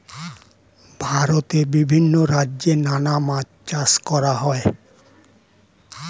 ভারতে বিভিন্ন রাজ্যে নানা মাছ চাষ করা হয়